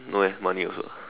no eh money also